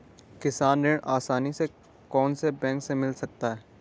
किसान ऋण आसानी से कौनसे बैंक से मिल सकता है?